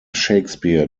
shakespeare